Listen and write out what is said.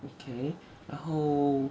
okay 然后